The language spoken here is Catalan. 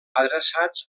adreçats